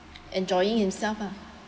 enjoying himself lah